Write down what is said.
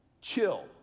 chill